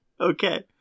Okay